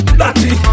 dirty